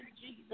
Jesus